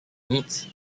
needs